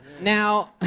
Now